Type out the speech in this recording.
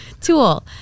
tool